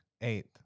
eighth